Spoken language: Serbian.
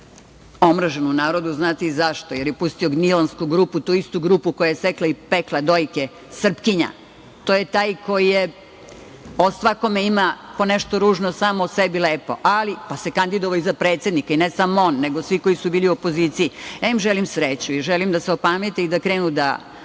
omražen u narodu, a znate i zašto. Jer je pustio gnjilansku grupu, tu istu grupu koja je sekla i pekla dojke Srpkinja. To je taj koji o svakome ima ponešto ružno, samo o sebi lepo, pa se kandidovao i za predsednika. I ne samo on, nego svi koji su bili u opoziciji. Ja im želim sreću i želim da se opamete i da krenu da